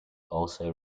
also